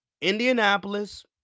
Indianapolis